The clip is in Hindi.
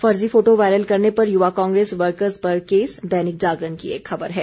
फर्जी फोटो वायरल करने पर युवा कांग्रेस वर्कर्स पर केस दैनिक जागरण की एक खबर है